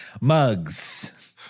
Mugs